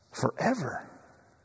forever